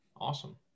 awesome